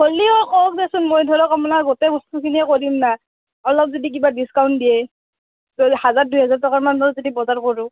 হলিও কওক দেচোন মই ধৰক আপোনাৰ গোটেই বস্তুখিনিয়ে কৰিম না অলপ যদি কিবা ডিছকাউণ্ট দিয়ে হাজাৰ দুইহাজাৰমান টকাৰ যদি বজাৰ কৰোঁ